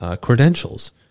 credentials